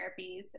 therapies